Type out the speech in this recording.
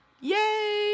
Yay